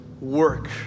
work